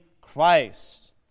Christ